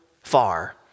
far